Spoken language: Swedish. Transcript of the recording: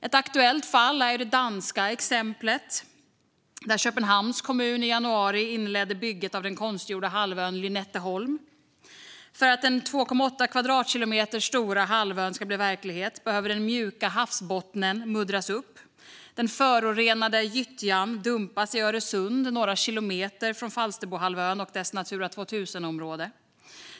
Ett aktuellt fall är det i Danmark, där Köpenhamns kommun i januari inledde bygget av den konstgjorda halvön Lynetteholmen. För att den 2,8 kvadratkilometer stora halvön ska bli verklighet behöver den mjuka havsbottnen muddras upp. Den förorenade gyttjan dumpas i Öresund, några kilometer från Falsterbohalvön och dess Natura 2000-område.